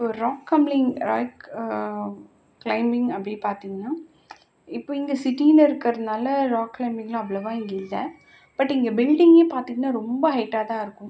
இப்போ ஒரு rock climbing rock climbing அப்படி பார்த்தீங்கன்னா இப்போ இங்கே சிட்டியில் இருக்கிறனால ராக் க்ளைம்பிங்லாம் அவ்வளவா இங்கே இல்லை பட் இங்கே பில்டிங்கே பார்த்தீங்கன்னா ரொம்ப ஹைட்டாக தான் இருக்கும்